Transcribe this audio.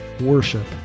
worship